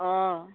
অঁ